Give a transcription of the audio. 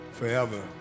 forever